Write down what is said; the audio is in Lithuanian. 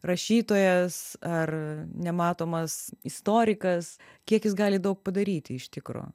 rašytojas ar nematomas istorikas kiek jis gali daug padaryti iš tikro